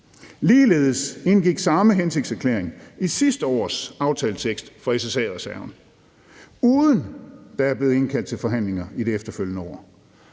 Ligeledes indgik samme hensigtserklæring i sidste års aftaletekst for SSA-reserven, uden at der er blevet indkaldt til forhandlinger i det efterfølgende år.